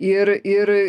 ir ir